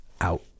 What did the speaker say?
out